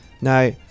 Now